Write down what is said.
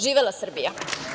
Živela Srbija!